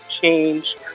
change